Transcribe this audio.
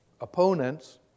opponents